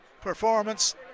performance